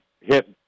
hit